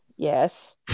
Yes